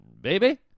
baby